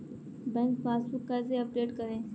Bank passbook कैसे update करें?